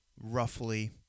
Roughly